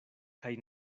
kaj